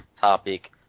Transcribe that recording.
topic